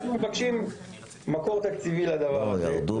אנחנו מבקשים מקור תקציבי לדבר הזה,